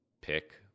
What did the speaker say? Pick